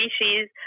species